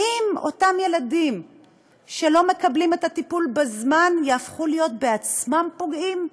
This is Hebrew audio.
האם אותם ילדים שלא מקבלים טיפול בזמן יהפכו להיות בעצמם פוגעים?